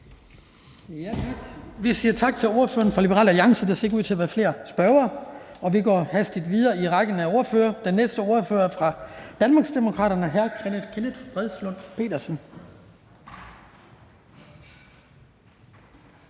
Vi siger tak til ordføreren for Liberal Alliance. Der ser ikke ud til at være flere spørgere. Så vi går hastigt videre i rækken af ordførere. Den næste ordfører er fra Danmarksdemokraterne, og det er hr. Kenneth Fredslund Petersen.